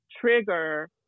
trigger